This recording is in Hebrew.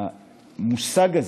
המושג הזה,